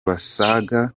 basaga